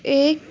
एक